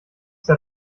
der